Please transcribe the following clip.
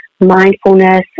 mindfulness